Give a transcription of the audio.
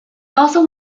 also